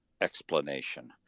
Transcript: explanation